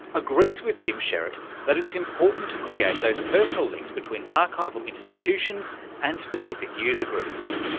agrees with tim sherratt that it's important to create those personal links between archival institutions and specific user groups.